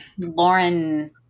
Lauren